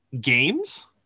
Games